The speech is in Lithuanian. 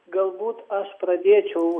galbūt aš pradėčiau